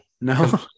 No